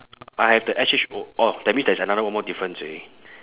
I have the S H O orh that means there is another one more difference already